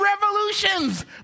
revolutions